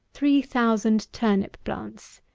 three thousand turnip plants.